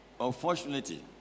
Unfortunately